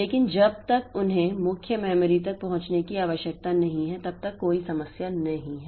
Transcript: इसलिए जब तक उन्हें मुख्य मेमोरी तक पहुंचने की आवश्यकता नहीं है तब तक कोई समस्या नहीं है